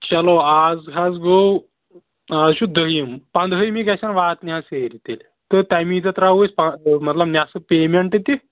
چلو آز حظ گوٚو آز چھُ دٔہِم پنٛدہٲیمہِ گژھَن واتنہِ حظ سیرِ تیٚلہِ تہٕ تَمی دۄہ ترٛاوو أسۍ مطلب نٮ۪صٕف پیمٮ۪نٛٹ تہِ